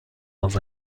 dans